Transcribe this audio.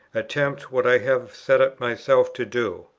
attempt what i have set myself to do.